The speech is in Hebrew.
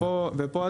פה,